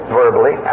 verbally